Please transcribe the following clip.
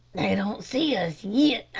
they don't see us yit,